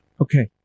Okay